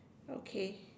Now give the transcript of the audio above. okay